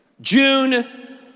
June